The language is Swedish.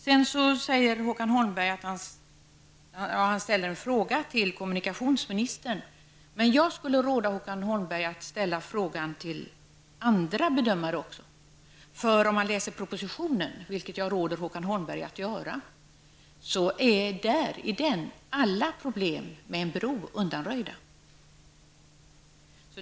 Sedan vill Håkan Holmberg ställa en fråga till kommunikationsministern. Man jag skulle vilja råda Håkan Holmberg att ställa frågor till andra bedömare också. I propositionen, vilken jag råder Håkan Holmberg att läsa, är alla problem med en bro undanröjda.